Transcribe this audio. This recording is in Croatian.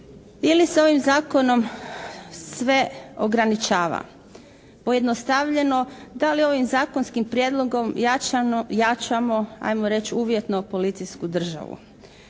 ili se ovim zakonom sve ograničava? Pojednostavljeno da li ovim zakonskim prijedlogom jačamo 'ajmo reći uvjetno policijsku državu?